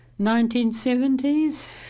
1970s